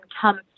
come